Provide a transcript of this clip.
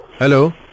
Hello